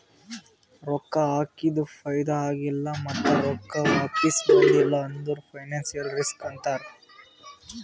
ರೊಕ್ಕಾ ಹಾಕಿದು ಫೈದಾ ಆಗಿಲ್ಲ ಮತ್ತ ರೊಕ್ಕಾ ವಾಪಿಸ್ ಬಂದಿಲ್ಲ ಅಂದುರ್ ಫೈನಾನ್ಸಿಯಲ್ ರಿಸ್ಕ್ ಅಂತಾರ್